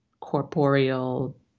corporeal